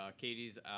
Katie's